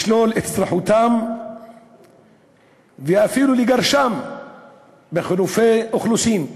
לשלול את אזרחותם ואפילו לגרשם בחילופי אוכלוסין,